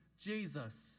Jesus